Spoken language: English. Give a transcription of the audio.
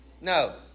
No